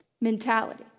Mentality